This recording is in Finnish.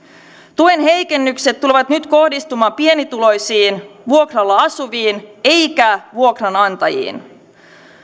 tuen heikennykset tulevat nyt kohdistumaan pienituloisiin vuokralla asuviin eivätkä vuokranantajiin